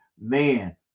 man